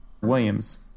Williams